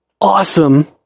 awesome